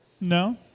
No